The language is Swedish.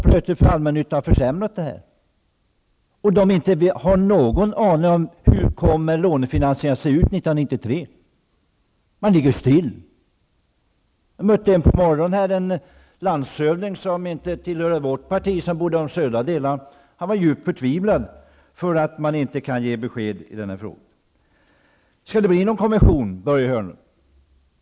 Plötsligt har man försämrat villkoren för allmännyttan. Man har ingen aning om hur lånefinansieringen kommer att se ut 1993, och man ligger still. Jag mötte nu på morgonen en landshövding från den södra delen av Sverige som inte tillhör vårt parti. Han var djupt förtvivlad därför att regeringen inte kan ge besked i denna fråga. Skall det bli någon kommission, Börje Hörnlund?